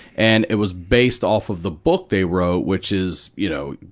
and it was based off of the book they wrote, which is, you know,